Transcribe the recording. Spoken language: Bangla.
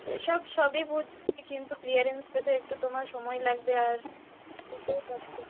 সে সব সবই বুঝছি কিন্তু ক্লিয়ারেন্স পেতে একটু তোমার সময় লাগবে আর সেটাই প্রবলেম